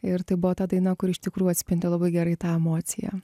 ir tai buvo ta daina kuri iš tikrųjų atspindi labai gerai tą emociją